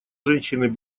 женщины